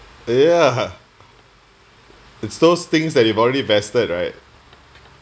ya it's those things that you've already vested right